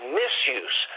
misuse